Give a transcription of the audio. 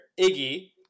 Iggy